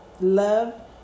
love